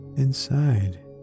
Inside